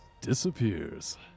Disappears